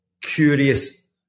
curious